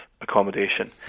accommodation